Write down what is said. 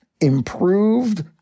improved